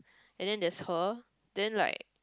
and then there's her then like